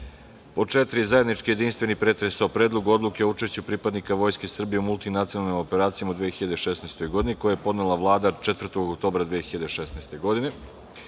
godine. Zajednički jedinstveni o predlogu odluke o učešću pripadnika Vojske Srbije u multinacionalnim operacijama u 2016. godini, koji je podnela Vlada 4. oktobra 2016. godine;